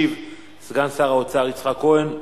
ישיב סגן שר האוצר יצחק כהן.